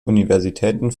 universitäten